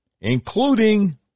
including